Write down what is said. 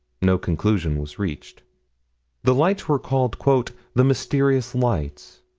no conclusion was reached the lights were called the mysterious lights.